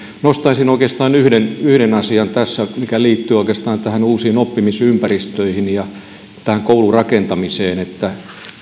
nostaisin oikeastaan yhden yhden asian tässä mikä liittyy oikeastaan näihin uusiin oppimisympäristöihin ja tähän koulurakentamiseen sen että